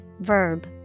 verb